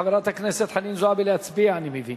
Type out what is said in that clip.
חברת הכנסת חנין זועבי, להצביע, אני מבין.